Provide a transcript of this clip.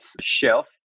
shelf